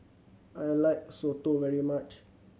I like soto very much